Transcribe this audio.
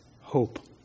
hope